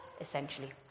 essentially